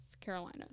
carolina